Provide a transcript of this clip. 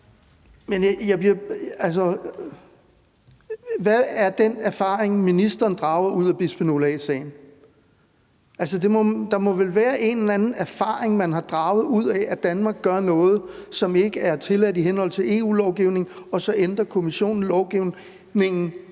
Hvad er den erfaring, ministeren drager ud af bisfenol A-sagen? Der må vel være en eller anden erfaring, man har draget ud af, at Danmark gør noget, som ikke er tilladt i henhold til EU-lovgivning, og så ændrer Kommissionen lovgivningen,